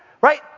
right